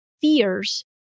fears